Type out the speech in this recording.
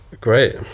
Great